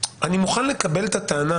אני מוכן לקבל את הטענה